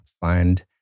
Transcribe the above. find